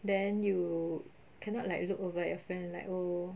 then you cannot like look over at your friend and like oh